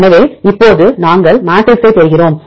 எனவே இப்போது நாங்கள் மெட்ரிக்ஸைப் பெறுகிறோம்